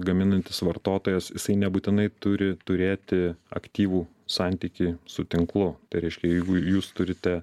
gaminantis vartotojas jisai nebūtinai turi turėti aktyvų santykį su tinklu tai reiškia jeigu jūs turite